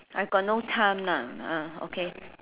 I've got no time lah ah okay